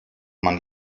man